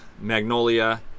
Magnolia